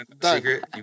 Secret